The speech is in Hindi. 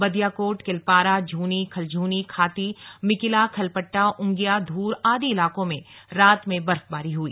बदियाकोट किलपारा झूनी खलझूनी खाती मिकिला खलपट्टा उंगिया धूर आदि इलाको में रात में बर्फबारी हुई